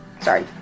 sorry